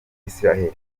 israel